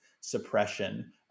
suppression